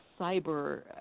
cyber